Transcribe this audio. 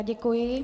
Děkuji.